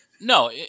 No